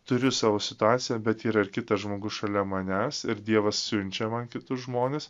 turiu savo situaciją bet yra ir kitas žmogus šalia manęs ir dievas siunčia man kitus žmones